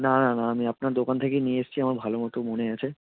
না না না আমি আপনার দোকান থেকেই নিয়ে এসেছি আমার ভালো মতো মনে আছে